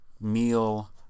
meal